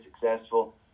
successful